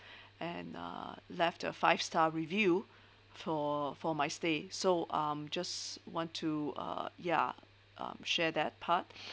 and uh left a five star review for for my stay so um just want to uh ya um share that part